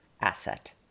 asset